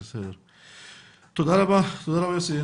אתה צודק אבל צריך שמשרדי מהממשלה יבואו עם ההיצע הזה.